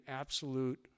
absolute